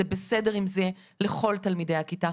זה בסדר - אם זה לכל תלמידי הכיתה,